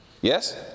Yes